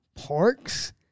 Parks